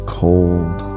cold